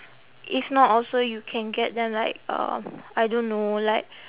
if not also you can get them like uh I don't know like